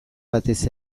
batez